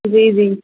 جی جی